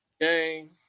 game